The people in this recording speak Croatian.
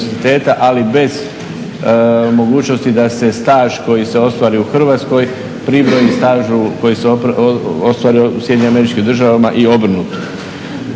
ali bez mogućnosti da se staž koji se ostvari u Hrvatskoj pribroji staži koji se ostvario u SAD-u i obrnuto.